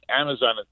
Amazon